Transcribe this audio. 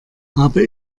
habe